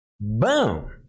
boom